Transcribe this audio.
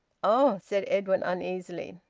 oh! said edwin uneasily.